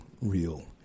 real